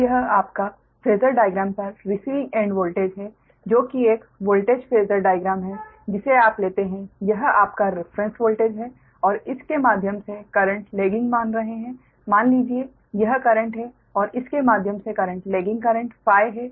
अब यह आपकी यह आपका फेसर डाइग्राम पर रिसीविंग एंड वोल्टेज है जो कि एक वोल्टेज फेसर डाइग्राम है जिसे आप लेते हैं यह आपका रिफ्रेन्स वोल्टेज है और इस के माध्यम से करेंट लेगिंग मान रहे है मान लीजिये यह करेंट है और इस के माध्यम से करेंट लेगिंग करेंट Φ है